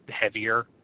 heavier